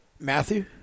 Matthew